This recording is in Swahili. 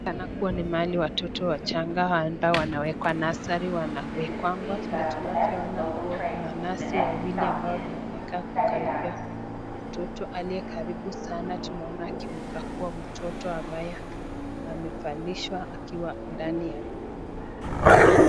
Panakua ni mahali watoto wachanga ambao wanawekwa nursery wanawekwangwa, vile tunavyoona kuwa kuna nurse wawili ambao wanakaa kukaribia watoto. Aliye karibu sana tunaona akimkaguwa mtoto ambaye amevalishwa akiwa ndani.